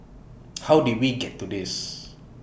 how did we get to this